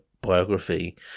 biography